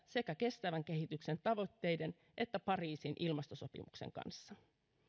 sekä kestävän kehityksen tavoitteiden että pariisin ilmastosopimuksen kanssa